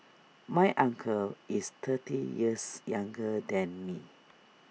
my uncle is thirty years younger than me